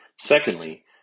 Secondly